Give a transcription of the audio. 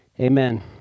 Amen